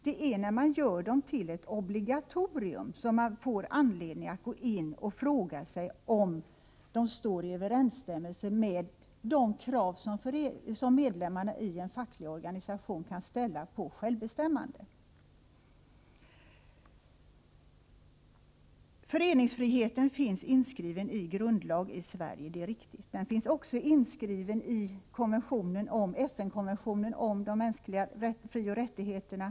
Men när kollektiva försäkringar görs till ett obligatorium får man anledning att fråga sig om det står i överensstämmelse med de krav som medlemmarna i en facklig organisation kan ställa när det gäller självbestämmandet. Föreningsfriheten finns inskriven i grundlagen. Det är riktigt. Den finns också inskriven i FN-konventionen om de mänskliga frioch rättigheterna.